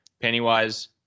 pennywise